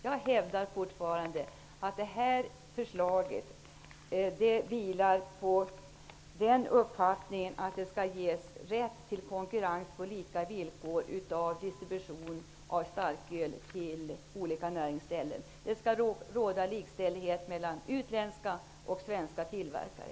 Jag hävdar att framlagt förslag vilar på uppfattningen att det skall ges rätt till konkurrens på lika villkor vad gäller distribution av starköl till olika näringsställen; det skall råda likställighet mellan utländska och svenska tillverkare.